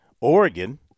Oregon